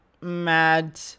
mad